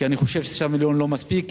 כי אני חושב ש-6 מיליון לא מספיקים,